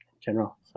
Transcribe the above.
general